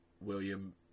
William